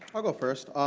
i'll go first.